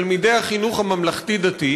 תלמידי החינוך הממלכתי-דתי,